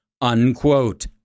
Unquote